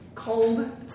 cold